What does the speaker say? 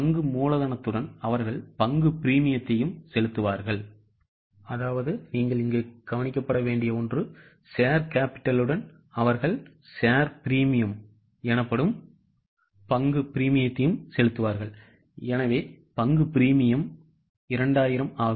பங்கு மூலதனத்துடன் அவர்கள் பங்கு பிரீமியத்தையும் செலுத்துவார்கள் எனவே பங்கு பிரீமியம் 2000 ஆகும்